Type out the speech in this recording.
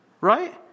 right